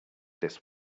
this